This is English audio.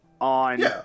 on